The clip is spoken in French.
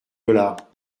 dollars